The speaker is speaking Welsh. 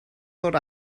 ddod